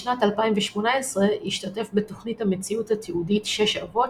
בשנת 2018 השתתף בתוכנית המציאות התיעודית "6 אבות"